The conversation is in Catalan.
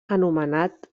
anomenat